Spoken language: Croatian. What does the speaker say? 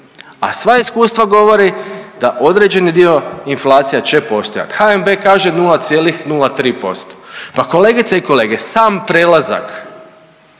A sva iskustva govore da određeni dio inflacija će postojati. HNB kaže 0,03%, pa kolegice i kolege, sam prelazak